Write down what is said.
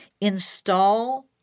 Install